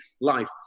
life